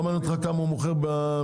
לא מעניין אותך בכמה הוא מוכר בסופר?